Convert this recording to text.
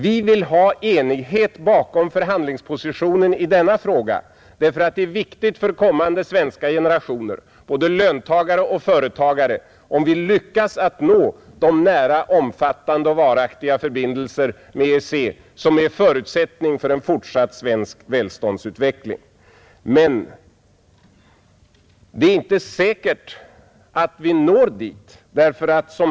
Vi vill ha enighet bakom förhandlingspositionen i denna fråga, därför att det är viktigt för kommande svenska generationer, både löntagare och företagare, om vi lyckas att nå de nära, omfattande och varaktiga förbindelser med EEC som är förutsättningen för en fortsatt svensk välståndsutveckling. Men det är inte säkert att vi når dit.